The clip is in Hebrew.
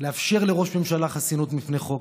לאפשר לראש ממשלה חסינות מפני חוק,